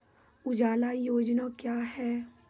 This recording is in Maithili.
उजाला योजना क्या हैं?